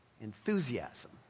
enthusiasm